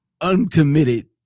uncommitted